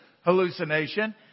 hallucination